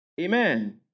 Amen